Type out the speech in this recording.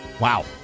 Wow